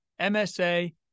MSA